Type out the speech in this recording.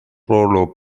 ruolo